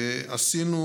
ועשינו,